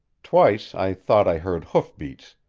twice i thought i heard hoof-beats,